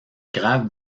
grave